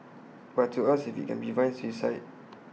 but to ask if IT can prevent suicide